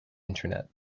internet